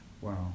Wow